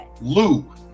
Lou